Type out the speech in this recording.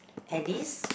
at least